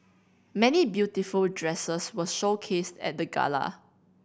many beautiful dresses were showcased at the gala